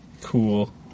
cool